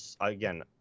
again –